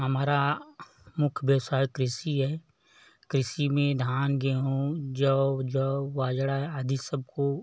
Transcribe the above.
हमारा मुख्य व्यवसाय कृषि है कृषि में धान गेहूँ जौ जौ बाजरा आदि सबको